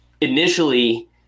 initially